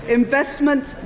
investment